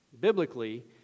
Biblically